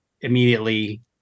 immediately